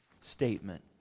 statement